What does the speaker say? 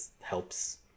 helps